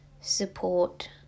support